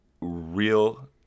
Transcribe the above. real